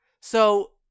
So-